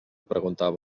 preguntava